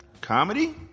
Comedy